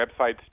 websites